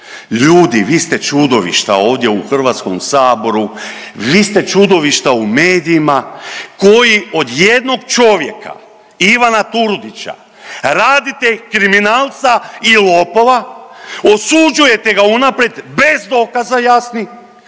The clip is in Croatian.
ljudi vi ste čudovišta ovdje u HS, vi ste čudovišta u medijima koji od jednog čovjeka Ivana Turudića radite kriminalca i lopova, osuđujete ga unaprijed bez dokaza jasnih